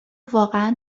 واقعا